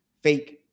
fake